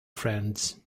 friends